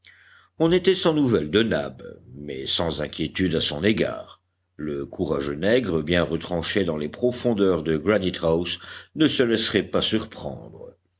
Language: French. on était sans nouvelles de nab mais sans inquiétude à son égard le courageux nègre bien retranché dans les profondeurs de granite house ne se laisserait pas surprendre